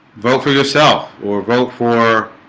vote for yourself or vote for